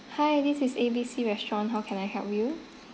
hi this is A B C restaurant how can I help you